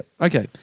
okay